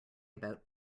about